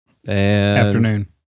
Afternoon